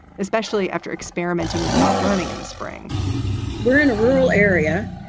especially after experimenting with remote learning in the spring we're in a rural area,